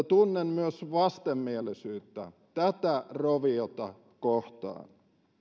tunnen myös vastenmielisyyttä tätä roviota kohtaan